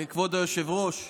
כבוד היושב-ראש,